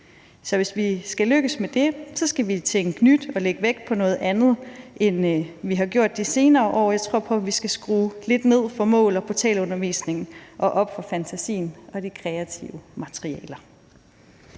Så hvis vi skal lykkes med det, skal vi tænke nyt og lægge vægt på noget andet, end vi har gjort de senere år. Jeg tror på, at vi skal skrue lidt ned for mål- og portalundervisningen og op for fantasien og de kreative materialer.